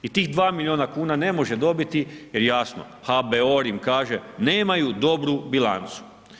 I tih 2 milijuna kuna ne može dobiti jer jasno, HBOR im kaže nemaju dobru bilancu.